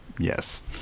Yes